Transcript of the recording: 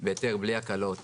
בהיתר בלי הקלות